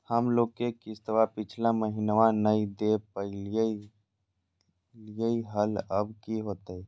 हम लोन के किस्तवा पिछला महिनवा नई दे दे पई लिए लिए हल, अब की होतई?